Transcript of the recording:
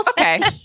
Okay